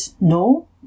No